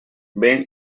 ben